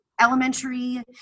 Elementary